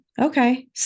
okay